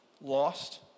lost